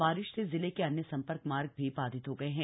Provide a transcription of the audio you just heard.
बारिश से जिले के अन्य संपर्क मार्ग भी बाधित हो गए हैं